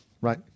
Right